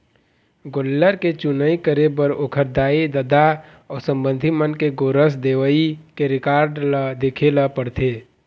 गोल्लर के चुनई करे बर ओखर दाई, ददा अउ संबंधी मन के गोरस देवई के रिकार्ड ल देखे ल परथे